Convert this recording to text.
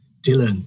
Dylan